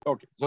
Okay